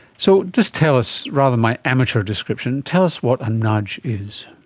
so just tell us, rather than my amateur description, tell us what a nudge is.